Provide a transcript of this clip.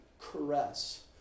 caress